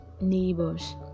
neighbors